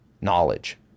knowledge